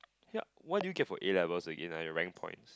ya what did you get for A-levels again ah your rank points